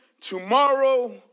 tomorrow